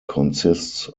consists